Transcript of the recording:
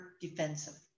defensive